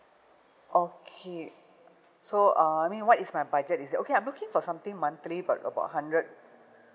okay so uh I mean what is my budget is it okay I'm looking for something monthly about about hundred